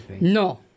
no